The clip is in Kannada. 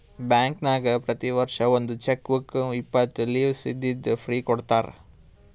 ಬ್ಯಾಂಕ್ನಾಗ್ ಪ್ರತಿ ವರ್ಷ ಒಂದ್ ಚೆಕ್ ಬುಕ್ ಇಪ್ಪತ್ತು ಲೀವ್ಸ್ ಇದ್ದಿದ್ದು ಫ್ರೀ ಕೊಡ್ತಾರ